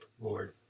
Lord